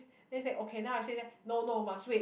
then he say okay now I say leh no no must wait